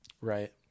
Right